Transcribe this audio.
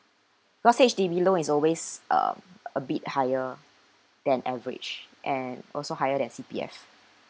plus H_D_B loan is always uh a bit higher than average and also higher than C_P_F